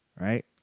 right